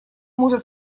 может